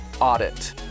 audit